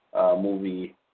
movie